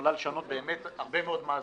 שיכולה לשנות באמת הרבה מאוד מאזנים,